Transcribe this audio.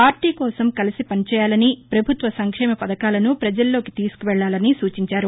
party కోసం కలసి పనిచేయాలని ప్రపభుత్వ సంక్షేమ పధకాలను ప్రపజల్లోకి తీసుకు వెళ్భాలని సూచించారు